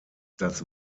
das